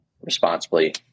responsibly